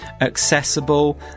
accessible